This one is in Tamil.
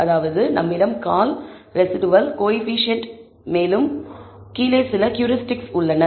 அதாவது நம்மிடம் கால் ரெஸிடுவல் கோயபிசியன்ட் மேலும் கீழே சில ஹியூரிஸ்டிக்ஸ் உள்ளன